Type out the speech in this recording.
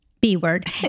b-word